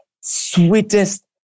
Sweetest